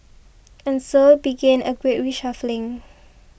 and so began a great reshuffling